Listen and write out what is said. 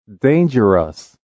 Dangerous